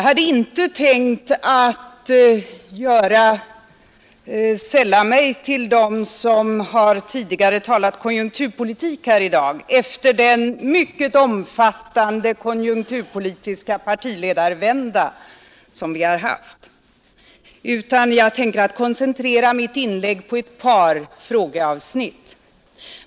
Herr talman! Efter den mycket omfattande konjunkturpolitiska partiledarvända som vi haft skall jag koncentrera mig på ett par frågor.